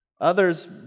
Others